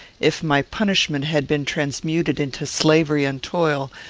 if my punishment had been transmuted into slavery and toil,